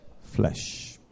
flesh